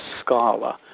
scholar